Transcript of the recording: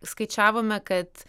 skaičiavome kad